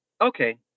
Okay